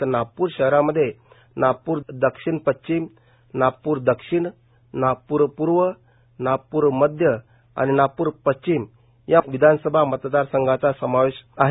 तर नागपूर शहरामध्ये नागपूर दक्षिण पश्चिम नागपूर दक्षिण नागपूर पूर्व नागपूर मध्य आणि नागपूर पश्चिम या विधानसभा मतदारसंघाचा समावेश आहे